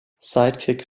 sidekick